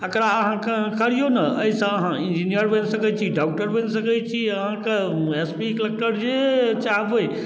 एकरा अहाँ करियौ ने एहिसँ अहाँ इन्जिनियर बनि सकै छी डॉक्टर बनि सकै छी अहाँके एस पी कलेक्टर जे चाहबै